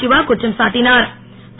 சிவா குற்றம் சாட்டினுர்